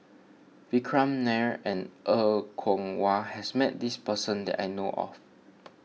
Vikram Nair and Er Kwong Wah has met this person that I know of